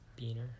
beaner